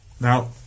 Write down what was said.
Now